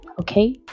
Okay